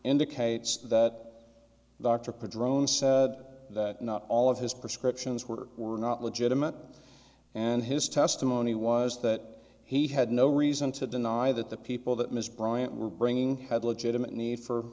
indicates that dr prodrome said that not all of his prescriptions were or were not legitimate and his testimony was that he had no reason to deny that the people that mr bryant were bringing had legitimate need for